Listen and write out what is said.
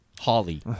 Holly